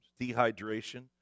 dehydration